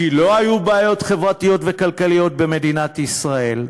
כי לא היו בעיות חברתיות וכלכליות במדינת ישראל.